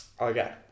Okay